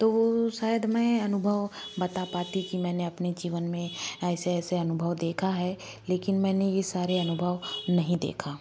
तो वो शायद मैं अनुभव बता पाती कि मैंने अपने जीवन में ऐसे ऐसे अनुभव देखा है लेकिन मैंने ये सारे अनुभव नहीं देखा